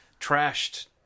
trashed